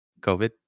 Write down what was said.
COVID